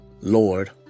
Lord